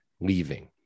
leaving